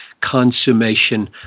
consummation